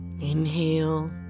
Inhale